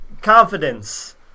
confidence